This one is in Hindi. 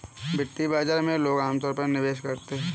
वित्तीय बाजार में लोग अमतौर पर निवेश करते हैं